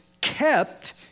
kept